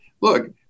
look